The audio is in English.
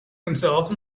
themselves